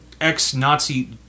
ex-Nazi